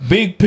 Big